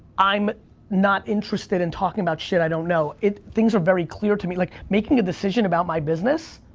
i'm not interested in talking about shit i don't know. it, things are very clear to me. like, making a decision about my business,